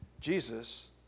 Jesus